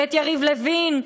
ואת יריב לוין,